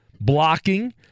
Blocking